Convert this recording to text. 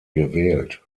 gewählt